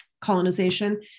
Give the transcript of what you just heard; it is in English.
colonization